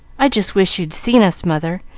i just wish you'd seen us, mother!